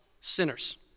sinners